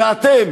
ואתם,